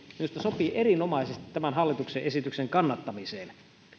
minusta sopii erinomaisesti tämän hallituksen esityksen kannattamiseen